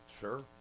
Sure